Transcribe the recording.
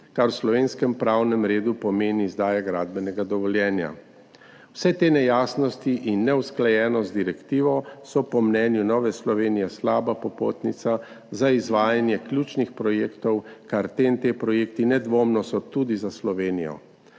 kar v slovenskem pravnem redu pomeni izdajo gradbenega dovoljenja. Vse te nejasnosti in neusklajenost z direktivo so po mnenju Nove Slovenije slaba popotnica za izvajanje ključnih projektov, kar so projekti TEN-T nedvomno tudi za Slovenijo.